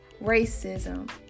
racism